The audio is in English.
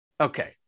Okay